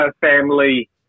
family